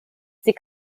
sie